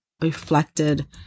reflected